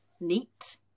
NEAT